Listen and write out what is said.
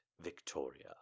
Victoria